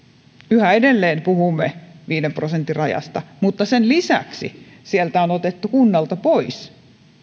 yhä edelleen puhumme viiden prosentin rajasta mutta sen lisäksi sieltä on otettu kunnalta pois